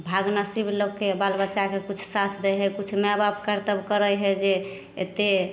भाग नसीब लऽके बाल बच्चाके किछु साथ दै हइ किछु माइ बाप कर्तव्य करै हइ जे एतेक